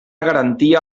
garantia